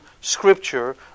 Scripture